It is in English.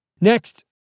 Next